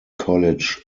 college